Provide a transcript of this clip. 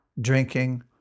drinking